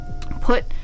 put